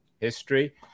history